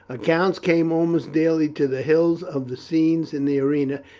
accounts came almost daily to the hills of the scenes in the arena,